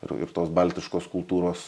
ir ir tos baltiškos kultūros